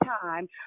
time